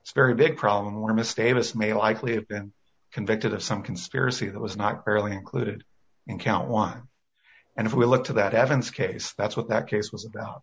it's a very big problem or misstate us may likely have been convicted of some conspiracy that was not barely included in count one and if we look to that evidence case that's what that case was about